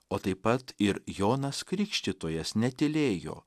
o taip pat ir jonas krikštytojas netylėjo